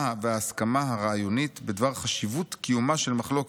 וההסכמה הרעיונית בדבר חשיבות קיומה של מחלוקת,